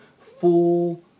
full